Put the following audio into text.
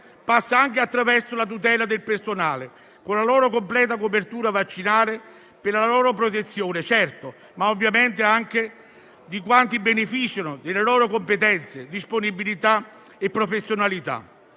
passa anche attraverso la tutela del personale, con la loro completa copertura vaccinale, per la protezione loro, certo, ma ovviamente anche di quanti beneficiano delle loro competenze, disponibilità e professionalità.